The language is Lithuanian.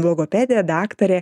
logopedė daktarė